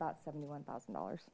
about seventy one thousand dollars